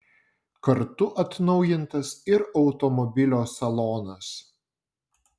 kartu atnaujintas ir automobilio salonas